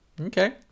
Okay